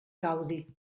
gaudi